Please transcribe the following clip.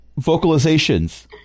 vocalizations